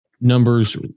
numbers